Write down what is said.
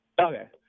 Okay